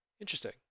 interesting